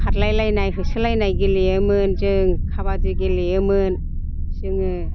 खारलायलायनाय होसोलायनाय गेलेयोमोन जों काबादि गेलेयोमोन जोङो